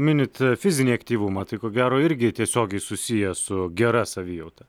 minit fizinį aktyvumą tai ko gero irgi tiesiogiai susiję su gera savijauta